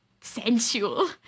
sensual